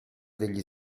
degli